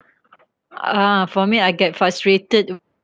uh for me I get frustrated